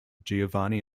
giovanni